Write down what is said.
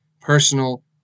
personal